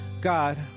God